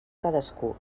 cadascú